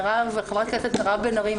חברת הכנסת מירב בן ארי,